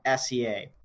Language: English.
SEA